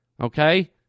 okay